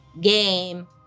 game